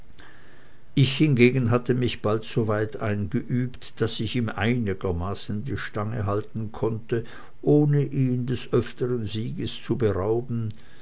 ich hingegen hatte mich bald so weit eingeübt daß ich ihm einigermaßen die stange halten konnte ohne ihm des öfteren sieges zu berauben